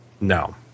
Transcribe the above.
No